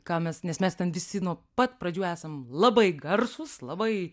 ką mes nes mes ten visi nuo pat pradžių esam labai garsūs labai